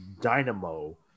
Dynamo